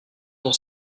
dans